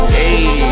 hey